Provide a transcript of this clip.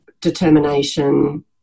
determination